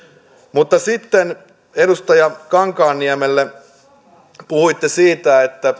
mutta sitten edustaja kankaanniemelle puhuitte siitä